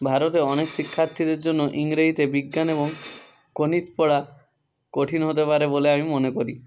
ভারতে অনেক শিক্ষার্থীদের জন্য ইংরেজিতে বিজ্ঞান এবং গণিত পড়া কঠিন হতে পারে বলে আমি মনে করি